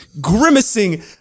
grimacing